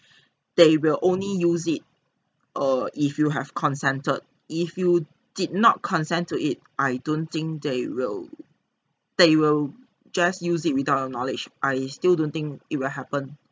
they will only use it err if you have consented if you did not consent to it I don't think they will they will just use it without our knowledge I still don't think it will happen